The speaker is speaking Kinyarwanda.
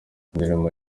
indirimbo